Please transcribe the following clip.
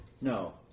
No